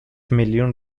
میلیون